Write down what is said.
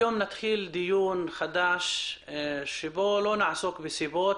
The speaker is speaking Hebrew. נתחיל היום דיון חדש בו לא נעסוק בסיבות